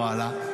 עברה לה,